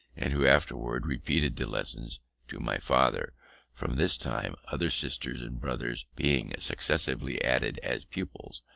and who afterwards repeated the lessons to my father from this time, other sisters and brothers being successively added as pupils,